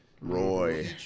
Roy